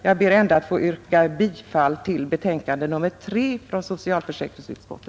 Jag ber ändå att få yrka bifall till socialförsäkringsutskottets hemställan i betänkande nr 3.